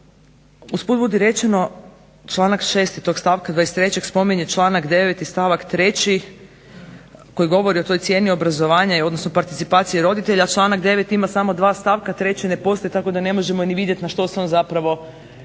Usput budi rečeno članak 6. tog stavka 23. spominje članak 9. i stavak 3. koji govori o toj cijeni obrazovanja, odnosno participacije roditelja, a članak 9. ima samo dva stavka, treći ne postoji tako da ne možemo ni vidjeti na što se on zapravo